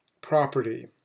property